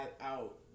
out